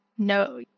no